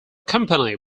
company